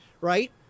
right